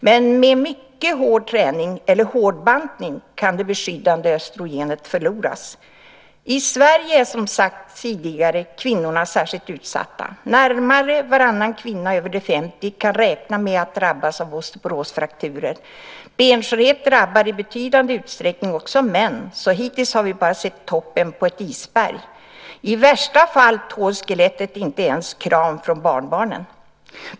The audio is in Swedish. Men med mycket hård träning eller hårdbantning kan det skyddande östrogenet förloras. I Sverige är, som sagts tidigare, kvinnorna särskilt utsatta. Närmare varannan kvinna över 50 kan räkna med att drabbas av osteoporosfrakturer. Benskörhet drabbar i betydande utsträckning också män, så hittills har vi bara sett toppen av ett isberg. I värsta fall tål skelettet inte ens kram från barnbarnen.